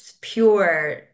pure